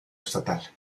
estatal